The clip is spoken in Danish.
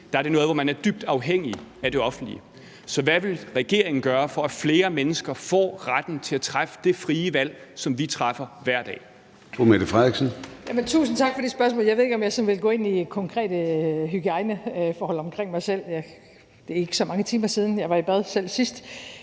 der er det noget, hvor man er dybt afhængig af det offentlige. Så hvad vil regeringen gøre, for at flere mennesker får retten til at træffe det frie valg, som vi træffer hver dag?